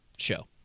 Show